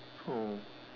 oh